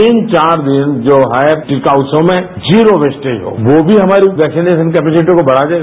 तीन चार दिन जो है टीका उत्सव में जीरो वेस्टेज हो यो भी हमारी वैक्सीनेशन की कैपेसिटी को बढ़ा देगा